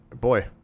Boy